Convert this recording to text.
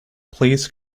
please